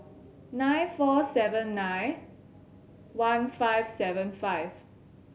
nine four seven nine one five seven five